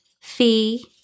Fee